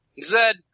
Zed